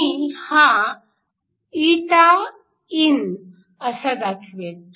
मी हा ηin असा दाखवेन